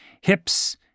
hips